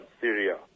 Syria